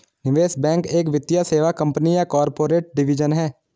निवेश बैंक एक वित्तीय सेवा कंपनी या कॉर्पोरेट डिवीजन है